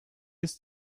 ist